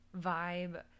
vibe